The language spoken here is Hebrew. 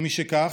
משכך,